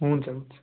हुन्छ हुन्छ